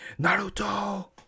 Naruto